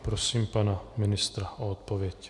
Prosím pana ministra o odpověď.